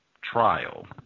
trial